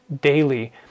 daily